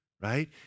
Right